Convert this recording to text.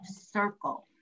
Circle